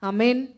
Amen